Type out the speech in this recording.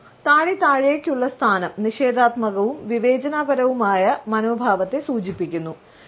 തലയും താടി താഴേക്കുള്ള സ്ഥാനം നിഷേധാത്മകവും വിവേചനപരവുമായ മനോഭാവത്തെ സൂചിപ്പിക്കുന്നു